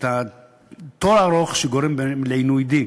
את התור הארוך שגורם לעינוי דין.